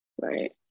right